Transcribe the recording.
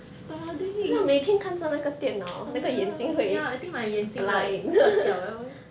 studying oh ya ya I think my 眼睛 like 断掉了 eh